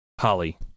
Holly